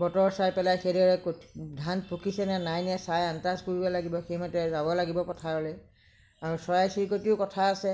বতৰ চাই পেলাই ধান পকিছেনে নাই নে চাই আন্দাজ কৰিব লাগিব সেইমতে যাব লাগিব পথাৰলৈ আৰু চৰাই চিৰিকতিৰো কথা আছে